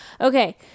Okay